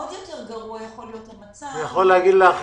עוד יותר גרוע יכול להיות המצב --- מה שאני